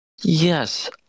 Yes